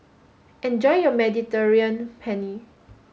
enjoy your Mediterranean Penne